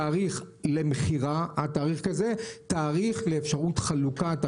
תאריך למכירה ותאריך לאפשרות חלוקה.